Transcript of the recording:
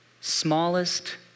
smallest